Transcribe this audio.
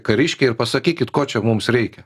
kariškiai ir pasakykit ko čia mums reikia